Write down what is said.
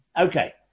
Okay